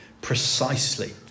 precisely